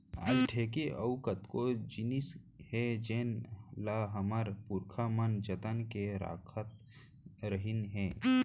आज ढेंकी अउ कतको जिनिस हे जेन ल हमर पुरखा मन जतन के राखत रहिन हे